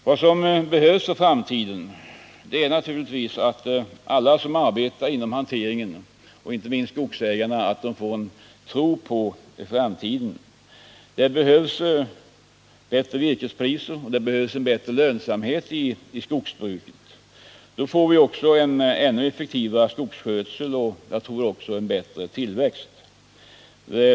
Vad som behövs är naturligtvis att alla som arbetar inom hanteringen. inte minst skogsägarna, får en tro på framtiden. Det behövs bättre virkespriser och en bättre lönsamhet i skogsbruket. Då får vi en ännu effektivare skogsskötsel och ännu bättre tillväxt.